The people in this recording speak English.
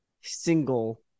single